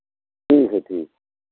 ठीक है ठीक है